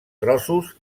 trossos